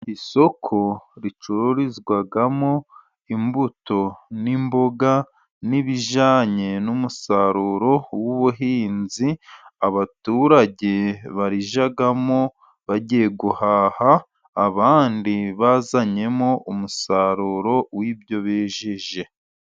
Isoko ricururizwamo imbuto n'imboga n'ibijyanye n'umusaruro w'ubuhinzi, abaturage barijyamo bagiye guhaha, abandi bazanyemo umusaruro w'ibyo bejeje.